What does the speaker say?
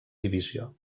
divisió